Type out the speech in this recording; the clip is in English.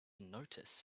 notice